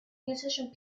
musician